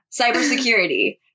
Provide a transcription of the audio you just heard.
cybersecurity